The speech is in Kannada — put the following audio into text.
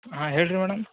ಹಾಂ ಹೇಳಿ ರೀ ಮೇಡಮ್